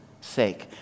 sake